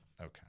Okay